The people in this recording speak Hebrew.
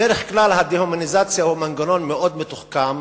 בדרך כלל הדה-הומניזציה הוא מנגנון מאוד מתוחכם,